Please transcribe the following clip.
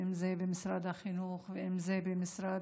אם זה במשרד החינוך ואם זה במשרד